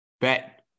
Bet